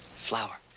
flower.